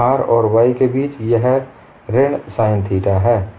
R और y के बीच यह ऋण sin थीटा है